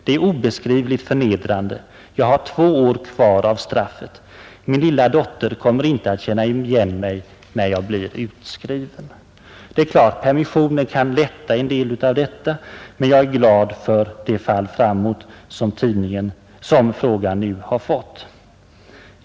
Det är obeskrivligt förnedrande. Jag har två år kvar av straffet. Min lilla dotter kommer inte att känna igen mig när jag blir utskriven.” Det är klart att permissioner kan underlätta till en del. Men jag är glad över det fall framåt som den fråga jag tagit upp nu har fått.